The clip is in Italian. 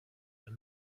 una